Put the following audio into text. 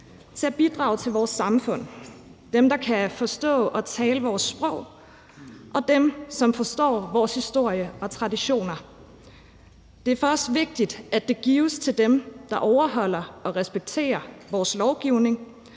til at bidrage til vores samfund, dem, der kan forstå og tale vores sprog, og dem, som forstår vores historie og traditioner. Det er for os vigtigt, at det gives til dem, der overholder og respekterer vores lovgivning,